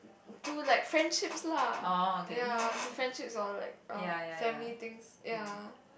to like friendships lah ya to friendships or like err family things ya